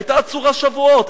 היתה עצורה שבועות.